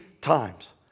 times